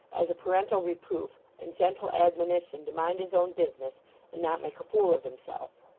as a parental reproof and gentle admonition to mind his own business and not make a fool of himself.